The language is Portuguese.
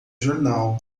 jornal